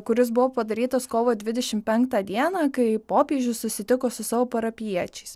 kuris buvo padarytas kovo dvidešimt penktą dieną kai popiežius susitiko su savo parapijiečiais